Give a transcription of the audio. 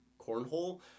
Cornhole